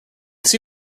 see